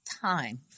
time